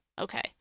Okay